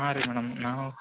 ಹಾಂ ರೀ ಮೇಡಮ್ ನಾವು